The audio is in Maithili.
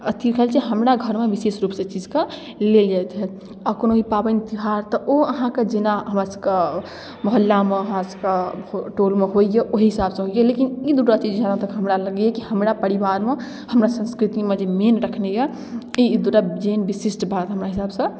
अथी कयल छै हमरा घरमे विशेष रूपसँ अइ चीजके लेल जाइत हय आओर कोनो पाबनि त्योहार तऽ ओ जेना हमरा सभके मोहल्लामे हमरा सभके टोलमे होइए ओहि हिसाबसँ होइए लेकिन ई दुटा चीज जहाँ तक हमरा लगैए कि हमरा परिवारमे हमरा संस्कृतिमे जे मेन रखने यऽ ई दुटा जेहन विशिष्ट बात हमरा हिसाबसँ